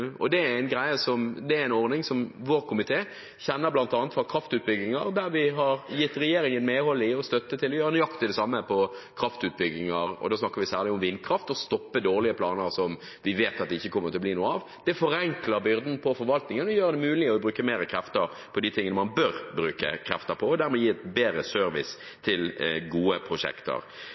planer. Det er en ordning som vår komité kjenner bl.a. fra kraftutbygginger – og da snakker vi særlig om vindkraft – der vi har gitt regjeringen medhold i og støtte til å stoppe dårlige planer som vi vet ikke kommer til å bli noe av. Det er nøyaktig det samme. Det forenkler byrden på forvaltningen og gjør det mulig å bruke mer krefter på det man bør bruke krefter på, og dermed gi bedre service til gode prosjekter.